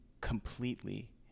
completely